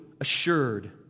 assured